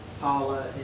Paula